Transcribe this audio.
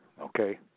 okay